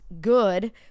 good